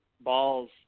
balls